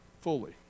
fully